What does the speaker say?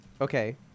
Okay